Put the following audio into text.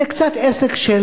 זה קצת עסק של,